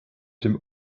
dem